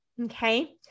Okay